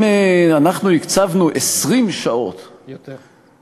אם אנחנו הקצבנו 20 שעות, יותר.